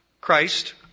Christ